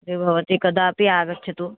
यदि भवति कदापि आगच्छतु